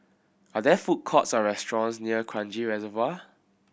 are there food courts or restaurants near Kranji Reservoir